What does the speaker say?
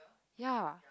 ya